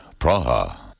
Praha